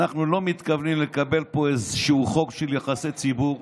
אנחנו לא מתכוונים לקבל פה איזשהו חוק של יחסי ציבור.